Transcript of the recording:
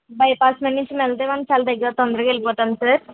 bypass మీ నుంచి వెళ్తే మానం చాలా దగ్గర తొందరగా వెళ్ళిపోతాం సార్